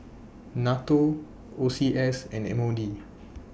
NATO O C S and M O D